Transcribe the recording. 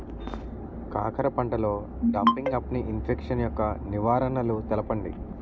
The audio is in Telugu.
కాకర పంటలో డంపింగ్ఆఫ్ని ఇన్ఫెక్షన్ యెక్క నివారణలు తెలపండి?